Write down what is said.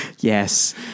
Yes